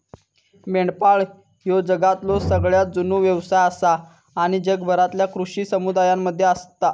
मेंढपाळ ह्यो जगातलो सगळ्यात जुनो व्यवसाय आसा आणि जगभरातल्या कृषी समुदायांमध्ये असता